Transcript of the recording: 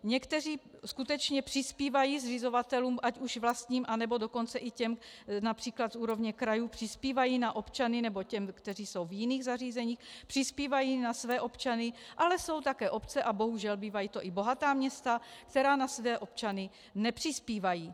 Někteří skutečně přispívají zřizovatelům, ať už vlastním, nebo dokonce i těm, například z úrovně krajů přispívají na občany, nebo těm, kteří jsou v jiných zařízeních, přispívají na své občany, ale jsou také obce, bohužel bývají to i bohatá města, která na své občany nepřispívají.